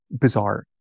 bizarre